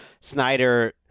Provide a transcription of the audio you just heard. Snyder